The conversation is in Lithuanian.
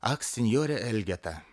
ak sinjore elgeta